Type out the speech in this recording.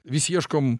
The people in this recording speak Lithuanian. vis ieškom